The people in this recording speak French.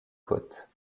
côtes